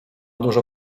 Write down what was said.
dużo